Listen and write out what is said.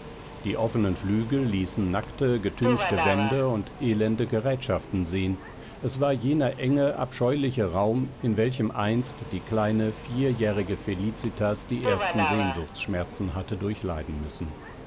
die offenen flügel ließen nackte getünchte wände und elende gerätschaften sehen es war jener enge abscheuliche raum in welchem einst die kleine vierjährige felicitas die ersten sehnsuchtsschmerzen hatte durchleiden müssen